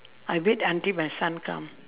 I wait until my son come